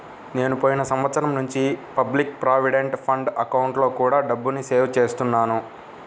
నేను పోయిన సంవత్సరం నుంచి పబ్లిక్ ప్రావిడెంట్ ఫండ్ అకౌంట్లో కూడా డబ్బుని సేవ్ చేస్తున్నాను